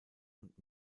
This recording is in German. und